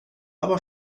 aber